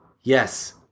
Yes